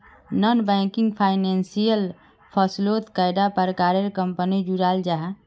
Non banking financial फसलोत कैडा प्रकारेर कंपनी जुराल जाहा?